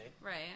Right